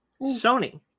Sony